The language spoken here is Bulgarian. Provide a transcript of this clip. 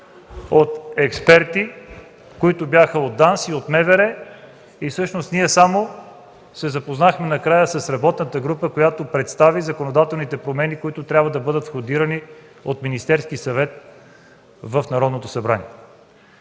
от експерти от ДАНС и от МВР – всъщност ние накрая само се запознахме с работната група, която представи законодателните промени, които трябва да бъдат входирани от Министерския съвет в Народното събрание.